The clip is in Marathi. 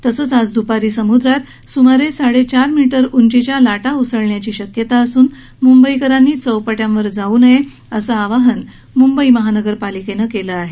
तसंच आज द्पारी समुद्रात सुमारे साडेचार मीटर उंचीच्या लाटा उसळण्याची शक्यता असून मुंबईकरांनी चौपाट्यांवर जाऊ नये असं आवाहन मुंबई महानगरपालिकेनं केलं आहे